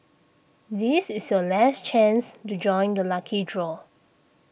this is your last chance to join the lucky draw